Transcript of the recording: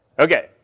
Okay